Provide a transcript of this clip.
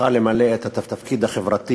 צריכה למלא את התפקיד החברתי